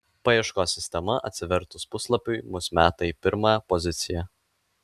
paieškos sistema atsivertus puslapiui mus meta į pirmą poziciją